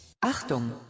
Achtung